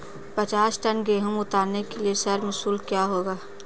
पचास टन गेहूँ उतारने के लिए श्रम शुल्क क्या होगा?